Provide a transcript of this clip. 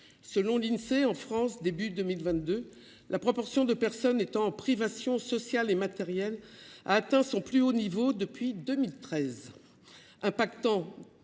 Selon l’Insee, en France, au début de 2022, la proportion de personnes en privation sociale et matérielle a atteint son plus haut niveau depuis 2013 ; cette